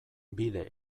bide